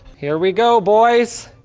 here we go, boys.